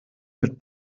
mit